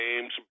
names